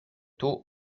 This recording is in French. taux